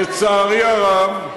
לצערי הרב,